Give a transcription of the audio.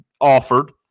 offered